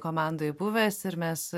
komandoj buvęs ir mes